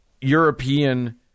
European